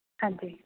ਹਾਂਜੀ